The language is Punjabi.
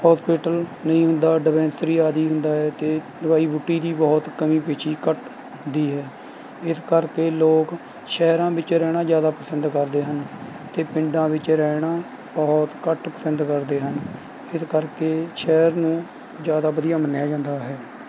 ਹੋਸਪਿਟਲ ਨਹੀਂ ਹੁੰਦਾ ਡਿਸਪੈਂਸਰੀ ਆਦਿ ਹੁੰਦਾ ਹੈ ਅਤੇ ਦਵਾਈ ਬੂਟੀ ਦੀ ਬਹੁਤ ਕਮੀ ਪੇਸ਼ੀ ਘੱਟ ਹੁੰਦੀ ਹੈ ਇਸ ਕਰਕੇ ਲੋਕ ਸ਼ਹਿਰਾਂ ਵਿੱਚ ਰਹਿਣਾ ਜ਼ਿਆਦਾ ਪਸੰਦ ਕਰਦੇ ਹਨ ਅਤੇ ਪਿੰਡਾਂ ਵਿੱਚ ਰਹਿਣਾ ਬਹੁਤ ਘੱਟ ਪਸੰਦ ਕਰਦੇ ਹਨ ਇਸ ਕਰਕੇ ਸ਼ਹਿਰ ਨੂੰ ਜ਼ਿਆਦਾ ਵਧੀਆ ਮੰਨਿਆ ਜਾਂਦਾ ਹੈ